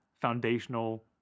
foundational